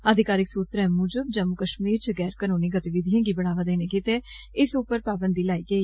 आधिकारिक सूत्रे मुजब जम्मू कष्मीर च गैर कनूनी गतिविधियें गी बढ़ावा देने गिते इस उप्पर पाबंदी लाई गेई